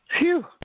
Phew